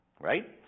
right